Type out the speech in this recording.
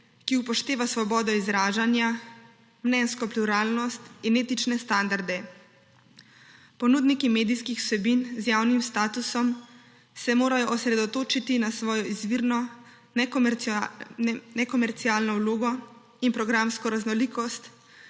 ki upošteva svobodo izražanja, mnenjsko pluralnost in etične standarde. Ponudniki medijskih vsebin z javnim statusom se morajo osredotočiti na svojo izvirno nekomercialno vlogo in programsko raznolikost,